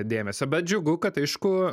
dėmesio bet džiugu kad aišku